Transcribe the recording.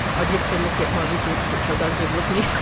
i'd have to look at my record, which i don't have with me. yeah